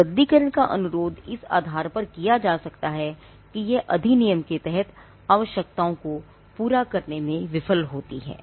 रद्दीकरण का अनुरोध इस आधार पर किया जा सकता है कि यह अधिनियम के तहत आवश्यकताओं को पूरा करने में विफल है